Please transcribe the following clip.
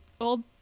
old